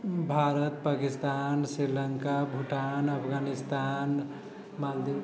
Bharat Pakistan Sri Lanka Bhutan Afghanistan Maldives